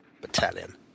battalion